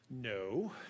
No